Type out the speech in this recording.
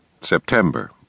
September